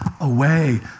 away